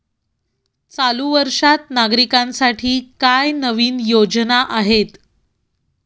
चालू वर्षात नागरिकांसाठी काय नवीन योजना आहेत?